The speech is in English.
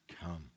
come